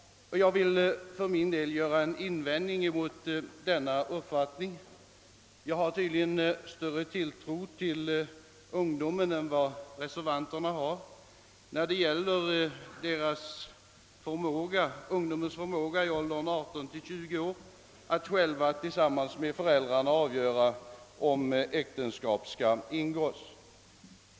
Jag vill göra en invändning mot denna uppfattning. Jag har tydligen större tilltro än reservanterna till förmågan hos ungdomarna i åldern 18—20 år att själva tillsammans med föräldrarna avgöra om äktenskap skall ingås.